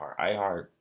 iHeart